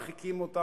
מרחיקים אותם,